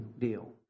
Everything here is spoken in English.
deal